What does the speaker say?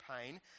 pain